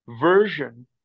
version